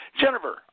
Jennifer